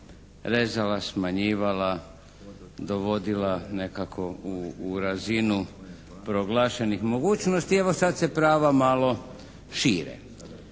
rezala, smanjivala, dovodila nekako u razinu proglašenih mogućnosti, evo sad se prava malo šire.